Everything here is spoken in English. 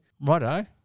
Righto